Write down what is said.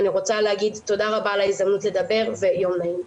אני רוצה להגיד תודה רבה על ההזדמנות לדבר ויום נעים.